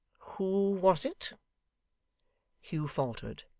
who was it hugh faltered,